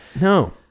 No